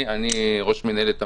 אני רוצה להתייחס לדברים של עודד פלוס.